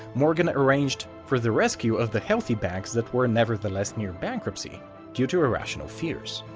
morgan arranged for the rescue of the healthy banks that were nevertheless near bankruptcy due to irrational fears.